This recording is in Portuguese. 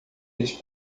eles